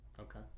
okay